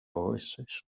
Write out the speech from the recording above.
oasis